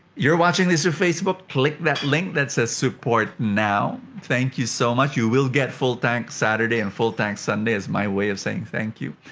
you're watching this on facebook, click that link that says support now. thank you so much. you will get fulltank saturday and fulltank sunday as my way of saying thank you.